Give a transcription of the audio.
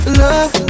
love